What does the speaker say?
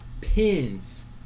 pins